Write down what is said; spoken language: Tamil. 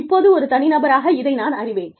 இப்போது ஒரு தனிநபராக இதை நான் அறிவேன்